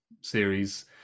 series